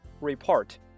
Report